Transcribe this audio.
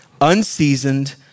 unseasoned